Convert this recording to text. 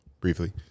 briefly